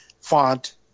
font